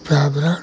पर्यावरण